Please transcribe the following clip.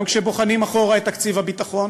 גם כשבוחנים אחורה את תקציב הביטחון